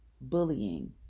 bullying